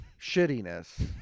shittiness